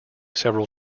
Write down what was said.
several